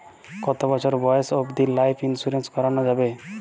কতো বছর বয়স অব্দি লাইফ ইন্সুরেন্স করানো যাবে?